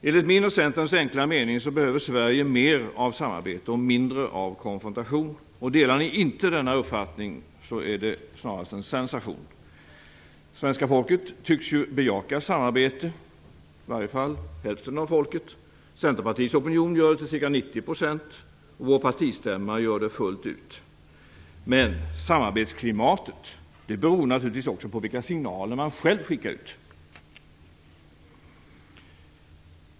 Enligt min och Centerns enkla mening behöver Sverige mer av samarbete och mindre av konfrontation. Delar ni inte denna uppfattning är det snarast en sensation. Svenska folket tycks bejaka samarbete, i varje fall hälften av folket. Centerpartiets opinion gör det till ca 90 %, och vår partistämma gör det fullt ut. Men samarbetsklimatet beror naturligtvis också på vilka signaler man själv skickar ut.